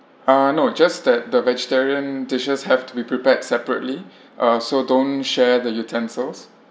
uh no just that the vegetarian dishes have to be prepared separately uh so don't share the utensils